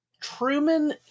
Truman